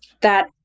That-